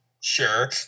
Sure